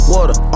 Water